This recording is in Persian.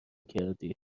کردی